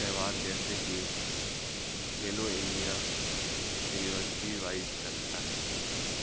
تہوار جیسے کہ کھیلو انڈیا یونیورسٹی وائز چلتا ہے